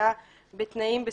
עמידה בתנאים מסוימים,